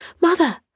Mother